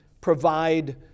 provide